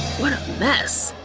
what a mess.